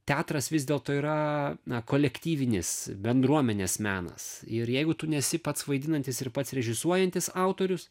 teatras vis dėlto yra kolektyvinis bendruomenės menas ir jeigu tu nesi pats vaidinantis ir pats režisuojantis autorius